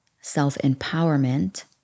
self-empowerment